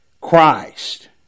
Christ